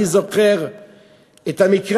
אני זוכר את המקרה